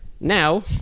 Now